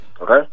Okay